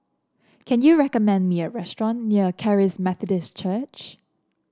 can you recommend me a restaurant near Charis Methodist Church